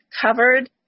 covered